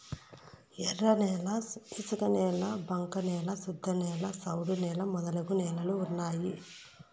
ఎర్రన్యాల ఇసుకనేల బంక న్యాల శుద్ధనేల సౌడు నేల మొదలగు నేలలు ఉన్నాయి